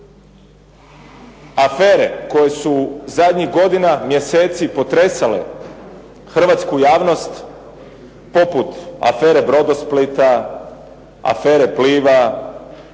Afere koje su zadnjih godina, mjeseci, potresale hrvatsku javnost, poput afere "Brodosplita", afere "Pliva",